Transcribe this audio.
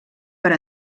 per